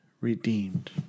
Redeemed